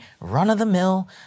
run-of-the-mill